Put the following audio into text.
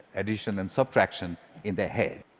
addition and subtraction in their head.